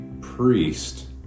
priest